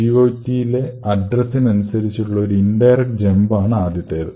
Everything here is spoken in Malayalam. GOT യിലേ അഡ്രസ്സിനനുസരിച്ചുള്ള ഒരു ഇൻഡയറക്ട് ജംപ് ആണ് ആദ്യത്തേത്